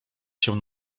się